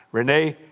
Renee